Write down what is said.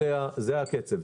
מראה קפיצה.